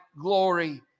glory